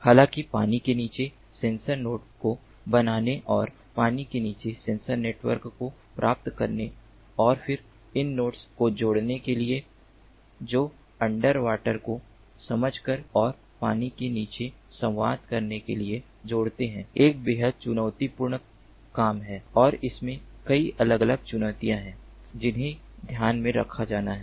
हालाँकि पानी के नीचे सेंसर नोड को बनाने और पानी के नीचे सेंसर नेटवर्क को प्राप्त करने और फिर उन नोड्स को जोड़ने के लिए जो अंडरवाटर को समझकर और पानी के नीचे संवाद करने के लिए जोड़ते हैं एक बेहद चुनौतीपूर्ण काम है और इसमें कई अलग अलग चुनौतियां हैं जिन्हें ध्यान में रखा जाना चाहिए